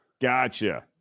Gotcha